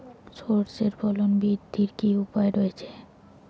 সর্ষের ফলন বৃদ্ধির কি উপায় রয়েছে?